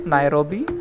Nairobi